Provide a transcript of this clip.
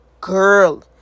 girl